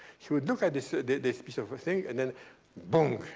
he would look at this ah this piece of a thing and then boom,